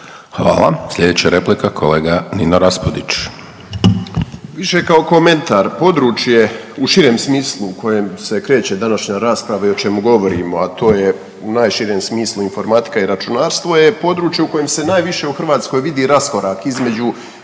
Hvala. Sljedeća replika kolega Nino Raspudić. **Raspudić, Nino (Nezavisni)** Više kao komentar. Područje u širem smislu u kojem se kreće današnja rasprava i o čemu govorimo a to je u najširem smislu informatika i računarstvo je područje u kojem se najviše u Hrvatskoj vidi raskorak između